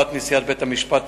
3. מה הוא מספר רוכשי התארים?